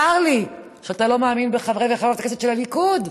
צר לי שאתה לא מאמין בחברי וחברות הכנסת של הליכוד.